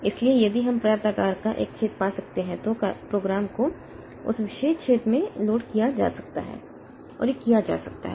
इसलिए यदि हम पर्याप्त आकार का एक छेद पा सकते हैं तो कार्यक्रम को उस विशेष छेद में लोड किया जा सकता है और यह किया जा सकता है